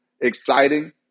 exciting